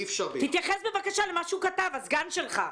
תתייחס בבקשה אל מה שכתב הסגן שלך.